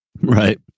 right